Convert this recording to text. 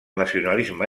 nacionalisme